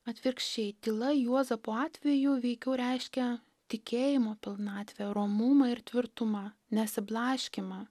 atvirkščiai tyla juozapo atveju veikiau reiškia tikėjimo pilnatvę romumą ir tvirtumą nesiblaškymą